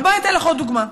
אבל בואי אתן לך עוד דוגמה.